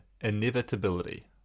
inevitability